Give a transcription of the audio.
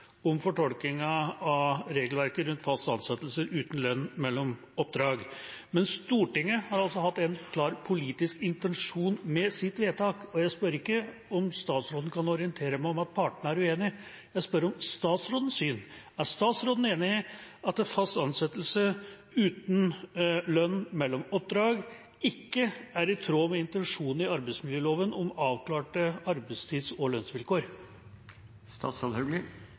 om fortolkingen av regelverket rundt fast ansettelse uten lønn mellom oppdrag. Men Stortinget har hatt en klar politisk intensjon med sitt vedtak, og jeg spør ikke om statsråden kan orientere meg om at partene er uenige. Jeg spør om statsrådens syn. Er statsråden enig i at fast ansettelse uten lønn mellom oppdrag ikke er i tråd med intensjonen i arbeidsmiljøloven om avklarte arbeidstids- og